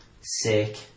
sick